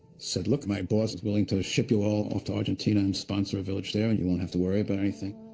said, look, my boss is willing to ship you all of to argentina and sponsor a village there, and you won't have to worry about anything.